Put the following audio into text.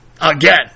Again